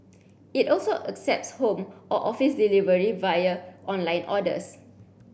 it also accepts home or office delivery via online orders